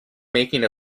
making